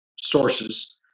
sources